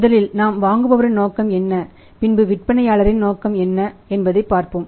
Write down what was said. முதலில் நாம் வாங்குபவரின் நோக்கம் என்ன பின்பு விற்பனையாளரின் நோக்கம் என்ன என்பதைப் பார்ப்போம்